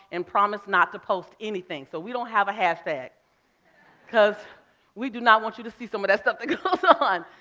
and promise not to post anything. so we don't have a hashtag because we do not want you to see some of that stuff that goes so so on.